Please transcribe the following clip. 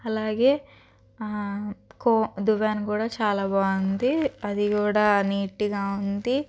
అలాగే కో దువ్వాన కూడా చాలా బాగుంది అది కూడా నీట్గా ఉంది